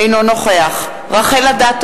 כמו יושב-ראש.